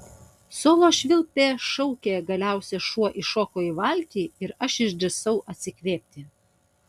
solo švilpė šaukė galiausiai šuo įšoko į valtį ir aš išdrįsau atsikvėpti